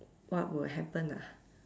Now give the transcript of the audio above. what would happen ah